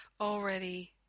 already